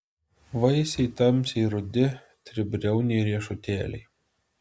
vaisiai tamsiai rudi tribriauniai riešutėliai